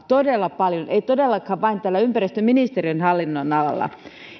todella paljon eivät todellakaan vain täällä ympäristöministeriön hallin nonalalla